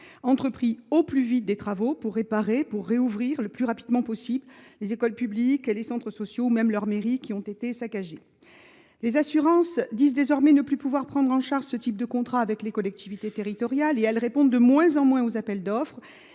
entrepris au plus vite des travaux pour réparer et rouvrir le plus rapidement possible les écoles publiques, les centres sociaux ou même leurs mairies, qui ont été saccagées. Les assureurs disent désormais ne plus pouvoir prendre en charge ce type de contrat avec les collectivités territoriales et répondent de moins en moins aux appels d’offres.